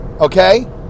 okay